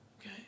Okay